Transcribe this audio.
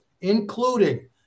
including